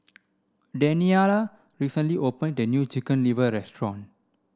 Daniella recently opened a new chicken liver restaurant